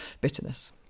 bitterness